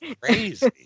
crazy